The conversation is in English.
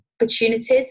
opportunities